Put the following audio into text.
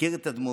מכיר את הדמות.